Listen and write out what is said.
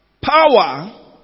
power